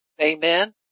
Amen